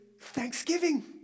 thanksgiving